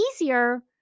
easier